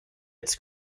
its